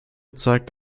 zeigt